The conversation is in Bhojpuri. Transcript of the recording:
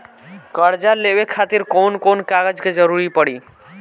कर्जा लेवे खातिर कौन कौन कागज के जरूरी पड़ी?